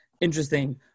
Interesting